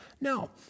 No